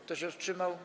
Kto się wstrzymał?